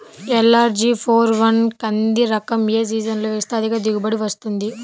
LRG four one కంది రకం ఏ సీజన్లో వేస్తె అధిక దిగుబడి వస్తుంది?